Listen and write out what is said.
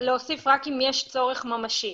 ולהוסיף רק אם יש צורך ממשי.